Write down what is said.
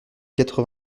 quatre